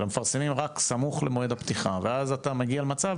מפרסמים רק סמוך למועד הפתיחה ואז אתה מגיע למצב